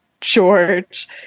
George